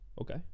Okay